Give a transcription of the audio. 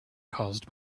caused